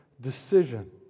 decision